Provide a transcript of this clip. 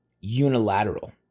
unilateral